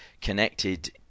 connected